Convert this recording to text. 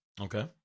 Okay